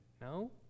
No